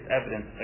evidence